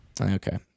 Okay